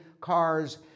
cars